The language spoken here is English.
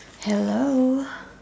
hello